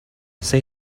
say